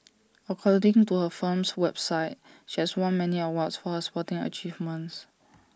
according to her firm's website she has won many awards for her sporting achievements